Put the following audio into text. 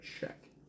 check